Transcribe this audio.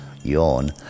yawn